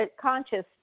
conscious